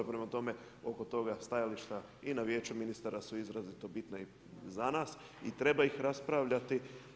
Prema tome, oko toga stajališta i na vijeću ministara su izuzetno bitno i za nas i treba ih raspravljati.